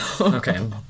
Okay